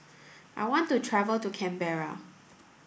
I want to travel to Canberra